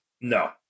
No